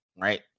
right